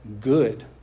good